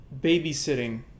babysitting